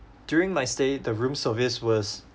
during my stay the room service was